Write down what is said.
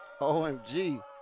OMG